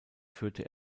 führte